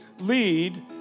lead